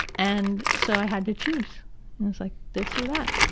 and so i had to choose. i was like, this or that?